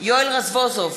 יואל רזבוזוב,